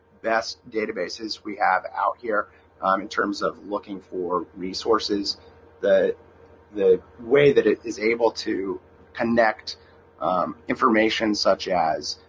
best databases we have out here um in terms of looking for resources the the way that it is able to connect information such as